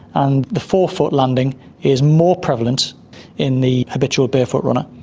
and the forefoot landing is more prevalent in the habitual barefoot runner,